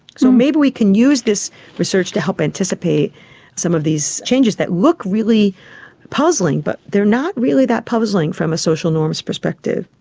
so maybe we can use this research to help anticipate some of these changes that look really puzzling, but they're not really that puzzling from a social norms perspective.